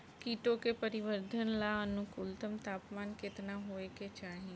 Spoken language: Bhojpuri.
कीटो के परिवरर्धन ला अनुकूलतम तापमान केतना होए के चाही?